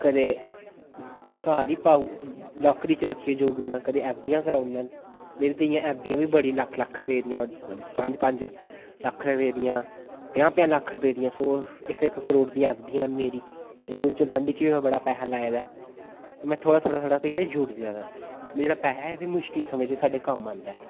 कदें घर ही पाऊ लाकर इच रक्खियै जोड़ी उड़नां कदें एफ डियां कराउनां मेरी ते इ'यां एफ डियां बी बड़ियां लक्ख लक्ख रपेऽ दियां पंज पंज लक्ख रपेऽ दियां पंजाह् पंजाह् लक्ख रपेऽ दियां सौ इक इक करोड़ दियां एफ डियां न मेरी ते म्यूचल फंड च बी में बड़ा पैहा लाए दा ऐ में थोह्ड़ा थोह्ड़ा थोह्ड़ा करियै ना जोड़दा जाना एह् जेह्ड़ा पैहा ऐ फ्ही मुश्कल समें च साड्ढे कम्म आंदा ऐ